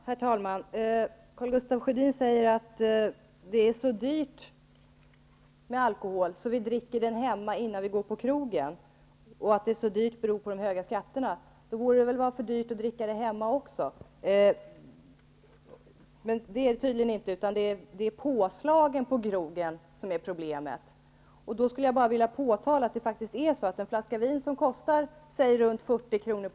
Herr talman! Karl Gustaf Sjödin säger att det är så dyrt med alkohol och att vi därför dricker den hemma innan vi går på krogen. Han säger också att alkoholen är så dyr på grund av de höga skatterna. I så fall borde det vara för dyrt även att dricka den hemma. Men det är det tydligen inte, utan det är påslagen på krogen som är problemet. Jag skulle då vilja säga att en flaska vin som kostar omkring 40 kr.